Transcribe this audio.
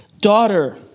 daughter